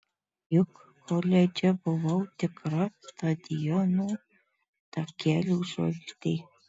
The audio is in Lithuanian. juk koledže buvau tikra stadiono takelių žvaigždė